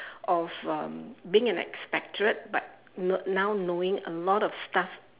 of um being an expatriate but now knowing a lot of stuff